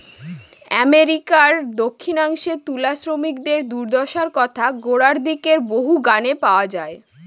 আমেরিকার দক্ষিনাংশে তুলা শ্রমিকদের দূর্দশার কথা গোড়ার দিকের বহু গানে পাওয়া যায়